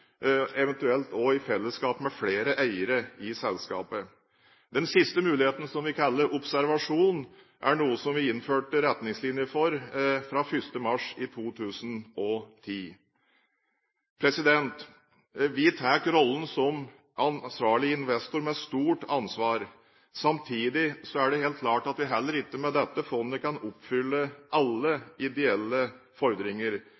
eventuelt også i fellesskap med flere eiere i selskapet? Den siste muligheten, som vi kaller observasjon, er noe som vi innførte retningslinjer for fra 1. mars 2010. Vi tar rollen som ansvarlig investor med stort ansvar. Samtidig er det helt klart at vi heller ikke med dette fondet kan oppfylle alle ideelle fordringer.